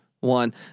one